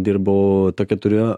dirbau tokį turiu